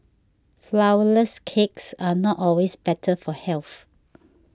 Flourless Cakes are not always better for health